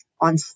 on